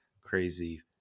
crazy